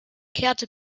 kehrte